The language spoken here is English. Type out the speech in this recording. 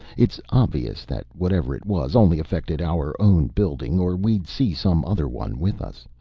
it's obvious that whatever it was, only affected our own building, or we'd see some other one with us.